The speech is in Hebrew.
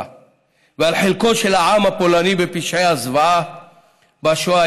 ועל חלקו של העם הפולני בפשעי הזוועה בשואה,